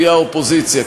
תהיה האופוזיציה,